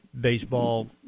baseball